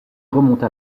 remonta